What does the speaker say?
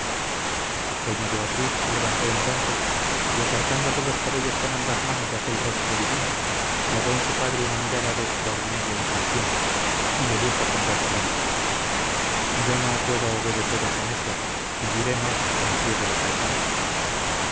doña beatriz se levantó entonces y apartándose los cabellos con ambas manos de aquel rostro divino clavó en su padre una mirada de extraordinaria intención le dijo con voz ronca yo no puedo obedeceros en eso y diré no al pie de los altares